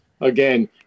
again